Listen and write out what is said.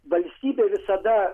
valstybė visada